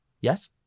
Yes